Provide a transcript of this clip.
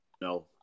No